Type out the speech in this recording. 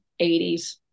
80s